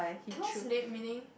cannot sleep meaning